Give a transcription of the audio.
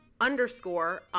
underscore